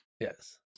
Yes